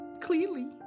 Clearly